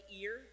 ear